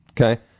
Okay